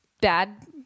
bad